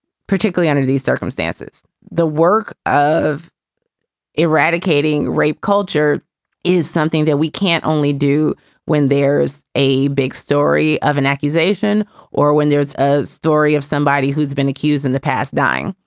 particularly under these circumstances the work of eradicating rape culture is something that we can't only do when there's a big story of an accusation or when there is a story of somebody who's been accused in the past dying.